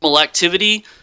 Activity